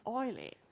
oily